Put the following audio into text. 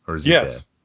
Yes